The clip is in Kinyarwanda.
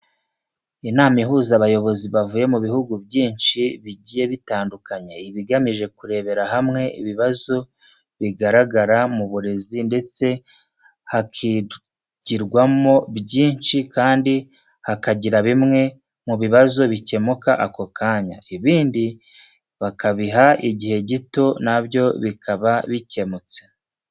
Inama ihuza abayobozi bavuye mu bihugu byinshi bigiye bitandukanye, iba igamije kurebera hamwe ibibazo bigaragara mu burezi ndetse hakigirwamo byinshi kandi hakagira bimwe mu bibazo bikemuka ako kanya, ibindi bakabiha igihe gito na byo bikaba bicyemutse.